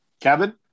Kevin